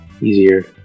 easier